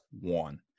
one